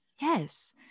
yes